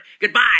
Goodbye